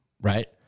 right